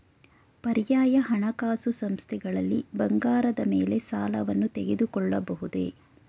ಪರ್ಯಾಯ ಹಣಕಾಸು ಸಂಸ್ಥೆಗಳಲ್ಲಿ ಬಂಗಾರದ ಮೇಲೆ ಸಾಲವನ್ನು ತೆಗೆದುಕೊಳ್ಳಬಹುದೇ?